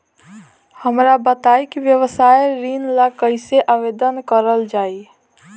हमरा बताई कि व्यवसाय ऋण ला कइसे आवेदन करल जाई?